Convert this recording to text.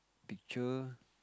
picture